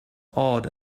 awed